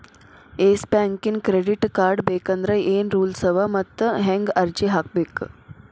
Yes ಬ್ಯಾಂಕಿನ್ credit card ಬೇಕಂದ್ರ ಏನ್ ರೂಲ್ಸವ ಮತ್ತ್ ಹೆಂಗ್ ಅರ್ಜಿ ಹಾಕ್ಬೇಕ?